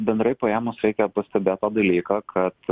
bendrai paėmus reikia pastebėt tą dalyką kad